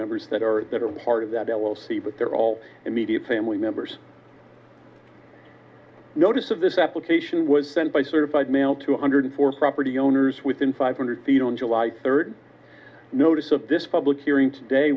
members that are that are part of that l l c but they're all immediate family members notice of this application was sent by certified mail two hundred four property owners within five hundred feet on july third notice of this public hearing today